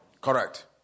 Correct